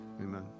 Amen